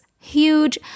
huge